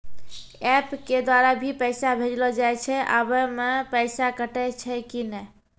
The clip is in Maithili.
एप के द्वारा भी पैसा भेजलो जाय छै आबै मे पैसा कटैय छै कि नैय?